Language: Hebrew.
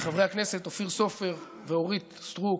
לחברי הכנסת אופיר סופר ואורית סטרוק,